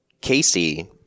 Casey